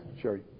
Sherry